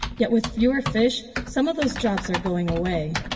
yet with fewer fish, some of those jobs are going away.